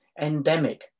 endemic